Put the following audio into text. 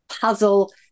puzzle